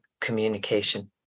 communication